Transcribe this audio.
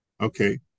okay